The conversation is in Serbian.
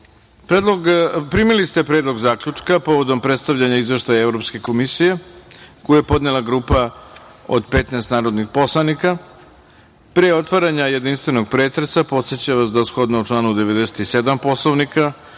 EU.Primili ste Predlog zaključka povodom predstavljanja Izveštaja Evropske komisije, koji je podnela grupa od 15 narodnih poslanika. Pre otvaranja jedinstvenog pretresa, podsećam vas da, shodno članu 97. Poslovnika,